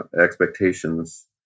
expectations